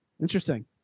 Interesting